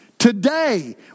Today